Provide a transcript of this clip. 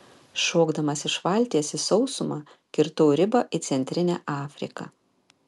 šokdamas iš valties į sausumą kirtau ribą į centrinę afriką